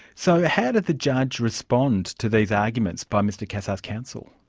so, how did the judge respond to these arguments by mr cassar's counsel?